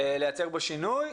לייצר בו שינוי.